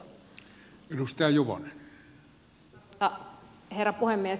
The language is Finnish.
arvoisa herra puhemies